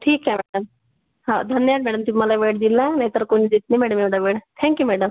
ठीक आहे मॅडम धन्यवाद मॅडम तुम्ही मला वेळ दिला नाही तर कोणी देत नाही मॅडम एवढा वेळ थँक्यू मॅडम